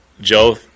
Joe